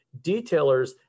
detailers